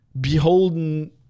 beholden